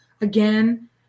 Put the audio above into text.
again